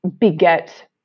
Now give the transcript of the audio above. beget